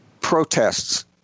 protests